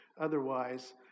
otherwise